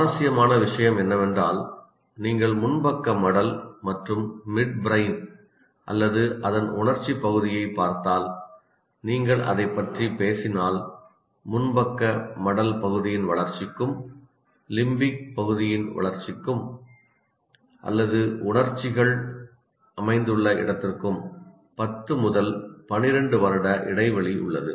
சுவாரஸ்யமான விஷயம் என்னவென்றால் நீங்கள் முன்பக்க மடல் மற்றும் மிட்பிரைன் அல்லது அதன் உணர்ச்சிப் பகுதியைப் பார்த்தால் நீங்கள் அதைப் பற்றி பேசினால் முன்பக்க மடல் பகுதியின் வளர்ச்சிக்கும் லிம்பிக் பகுதியின் வளர்ச்சிக்கும் அல்லது உணர்ச்சிகள் அமைந்துள்ள இடத்திற்கும் 10 முதல் 12 வருட இடைவெளி உள்ளது